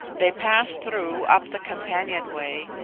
they passed through up the companionway.